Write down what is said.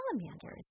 salamanders